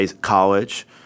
college